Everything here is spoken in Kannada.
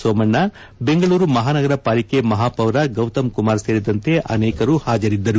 ಸೋಮಣ್ಣ ಬೆಂಗಳೂರು ಮಹಾನಗರ ಪಾಲಿಕೆ ಮಹಾಪೌರ ಗೌತಮ್ ಕುಮಾರ್ ಸೇರಿದಂತೆ ಅನೇಕರು ಹಾಜರಿದ್ದರು